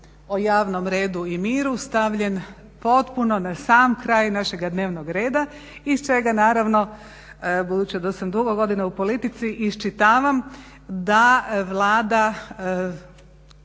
o javnom redu i miru stavljen potpuno na sam kraj našega dnevnoga reda iz čega naravno budući da sam dugo godina u politici iščitavam da Vlada